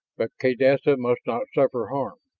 but kaydessa must not suffer harm.